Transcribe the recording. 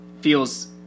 feels